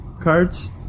cards